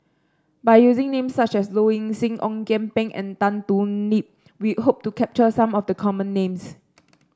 by using names such as Low Ing Sing Ong Kian Peng and Tan Thoon Lip we hope to capture some of the common names